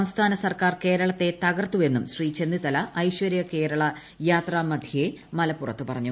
സംസ്ഥാന സർക്കാർ ക്ട്രിളിത്ത തകർത്തെന്ന് ശ്രീ ചെന്നിത്തല ഐശ്വര്യ കേരള യാത്രാമ്ട്രേയ് മലപ്പുറത്ത് പറഞ്ഞു